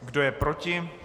Kdo je proti?